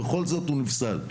ובכל זאת הוא נפסל.